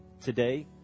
today